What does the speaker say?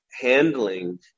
handling